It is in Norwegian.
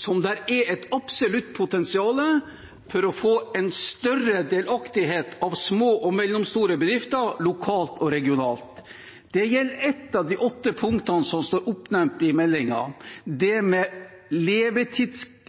hvor det er et absolutt potensial for å få større delaktighet av små og mellomstore bedrifter lokalt og regionalt. Det gjelder ett av de åtte punktene som står nevnt i meldingen, det med